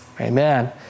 Amen